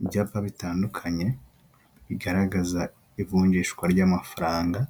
Ibyapa bitandukanye bigaragaza ivunjishwa ry'amafaranga,